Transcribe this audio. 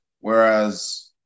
Whereas